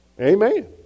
Amen